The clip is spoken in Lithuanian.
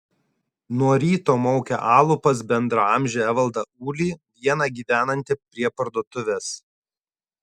nuo ryto maukė alų pas bendraamžį evaldą ulį vieną gyvenantį prie parduotuvės